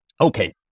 Okay